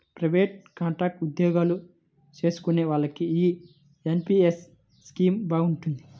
private, contract ఉద్యోగాలు చేసుకునే వాళ్లకి యీ ఎన్.పి.యస్ స్కీమ్ బాగుంటది